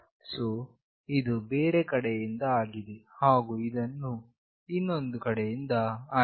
so ಇದು ಬೇರೆ ಕಡೆಯಿಂದ ಆಗಿದೆ ಹಾಗು ಇದು ಇನ್ನೊಂದು ಕಡೆಯಿಂದ ಆಗಿದೆ